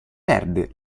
perde